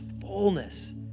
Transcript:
fullness